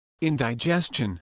indigestion